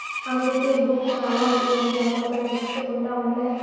అందుకే బూమి శానా ఇలువైనది, అమ్మొద్దని మొత్తుకుంటా ఉండ్లా